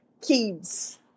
kids